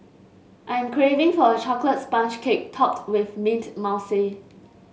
I am craving for a chocolate sponge cake topped with mint mousse